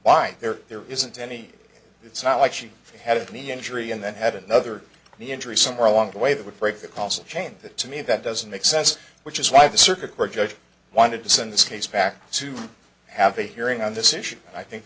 why there there isn't any it's not like she had me injury and then had another the injury somewhere along the way that would break the causal chain that to me that doesn't make sense which is why the circuit court judge wanted to send this case back to have a hearing on this issue i think